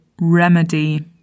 remedy